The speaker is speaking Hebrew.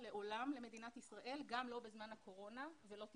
לעולם גם לא בזמן הקורונה ולא תיפסק.